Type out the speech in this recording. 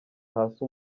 hasi